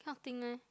cannot think eh